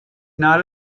not